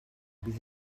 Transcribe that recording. bydd